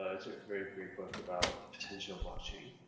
ah it's a very great book about the potential of blockchain,